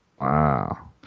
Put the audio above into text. Wow